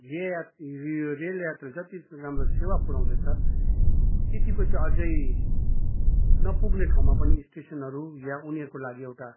हेया यो रेल यात्रीहरू जति राम्रो सेवा पुरौउँदछ त्यतिको चाहिँ अझै नपुगने ठाउँमा पनि इस्टेसनहरू या उनीहरूको लागि एउटा